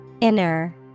Inner